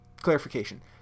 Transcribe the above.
Clarification